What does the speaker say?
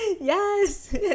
Yes